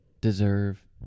deserve